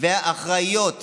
והאחראיות